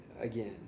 again